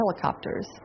helicopters